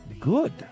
good